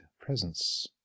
presence